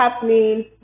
happening